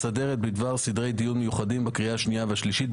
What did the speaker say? על סדר הדיון דיון מיוחד לפי סעיף 98 בהצעת